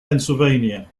pennsylvania